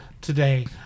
today